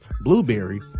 Blueberry